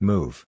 Move